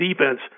defense